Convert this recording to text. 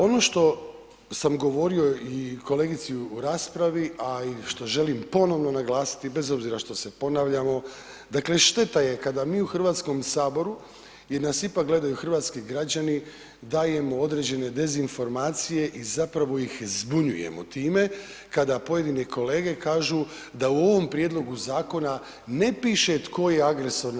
Ono što sam govorio i kolegici u raspravi, a i što želim ponovno naglasiti, bez obzira što se ponavljamo, dakle šteta je kada mi u HS, jer nas ipak gledaju hrvatski građani, dajemo određene dezinformacije i zapravo ih zbunjujemo time kada pojedini kolege kažu da u ovom prijedlogu zakona ne piše tko je agresor na